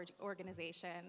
organization